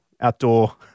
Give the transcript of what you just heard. outdoor